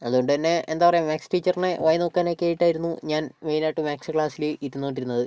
അതുകൊണ്ട് തന്നെ എന്താ പറയുക മാത്സ് ടീച്ചറിനെ വായിനോക്കാനെക്കെ ആയിട്ടായിരുന്നു ഞാൻ മെയ്നായിട്ടും മാത്സ് ക്ലാസ്സില് ഇരുന്നോണ്ടിരുന്നത്